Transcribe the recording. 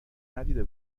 ندیده